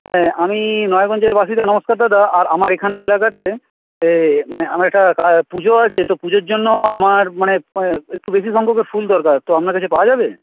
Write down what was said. হ্যাঁ আমি নয়াগঞ্জের বাসিন্দা নমস্কার দাদা আর আমার এখান এলাকাতে মানে আমার একটা পুজো আছে তো পুজোর জন্য আমার মানে একটু বেশি সংখ্যক ফুল দরকার তো আপনার কাছে পাওয়া যাবে